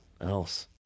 else